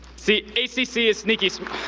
see, hcc is sneaky see,